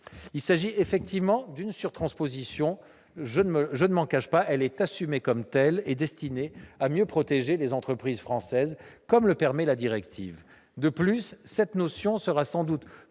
Il s'agit effectivement d'une surtransposition ; je ne le cache pas. Elle est assumée comme telle et destinée à mieux protéger les entreprises françaises, comme le permet la directive. De plus, cette notion sera sans doute